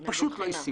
היא פשוט לא ישימה.